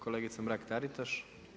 Kolegica Mrak-Taritaš.